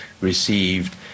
received